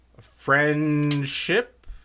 Friendship